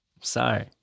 Sorry